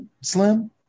Slim